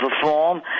perform